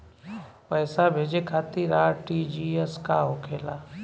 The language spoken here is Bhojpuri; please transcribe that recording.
पैसा भेजे खातिर आर.टी.जी.एस का होखेला?